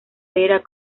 vera